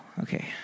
Okay